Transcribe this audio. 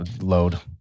load